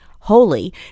holy